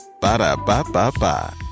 Ba-da-ba-ba-ba